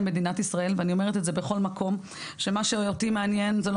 מדינת ישראל ואני אומרת את זה בכל מקום שמה שאותי מעניין זה לא